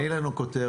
תני לנו כותרת.